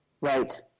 Right